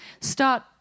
start